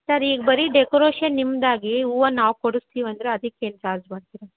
sir ಈಗ ಬರೀ decoration ನಿಮ್ಮದಾಗಿ ಹೂವ ನಾವು ಕೊಡಿಸ್ತೀವಂದ್ರೆ ಅದಕ್ ಏನು ಚಾರ್ಜ್ ಮಾಡ್ತೀರ